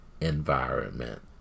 environment